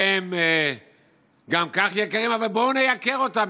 שהם גם כך יקרים, בואו נייקר אותם.